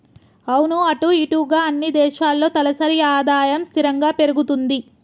అవును అటు ఇటుగా అన్ని దేశాల్లో తలసరి ఆదాయం స్థిరంగా పెరుగుతుంది